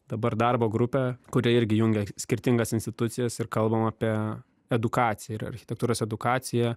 dabar darbo grupę kuri irgi jungia skirtingas institucijas ir kalbam apie edukaciją ir architektūros edukaciją